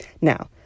Now